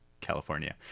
California